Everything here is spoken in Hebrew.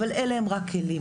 אבל אלה הם רק כלים.